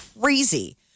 Crazy